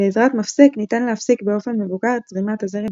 בעזרת מפסק ניתן להפסיק באופן מבוקר את זרימת הזרם